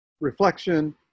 reflection